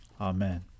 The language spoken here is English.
Amen